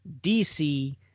dc